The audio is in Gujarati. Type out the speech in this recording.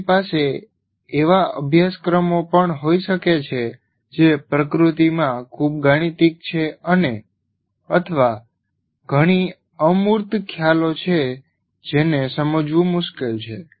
તમારી પાસે એવા અભ્યાસક્રમો પણ હોઈ શકે છે જે પ્રકૃતિમાં ખૂબ ગાણિતિક છે અને અથવા ઘણી અમૂર્ત ખ્યાલો છે જેને સમજવું મુશ્કેલ છે